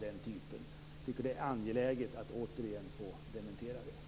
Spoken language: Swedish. Jag tycker att det är angeläget att återigen få dementera det.